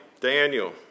Daniel